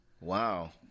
Wow